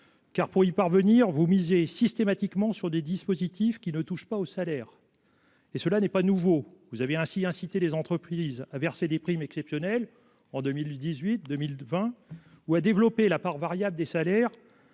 Car, pour y parvenir, vous misez systématiquement sur des dispositifs qui ne touchent pas aux salaires ; ce n'est pas nouveau. Vous avez ainsi incité les entreprises à verser des primes exceptionnelles en 2018, en 2020 ou à développer la part variable des salaires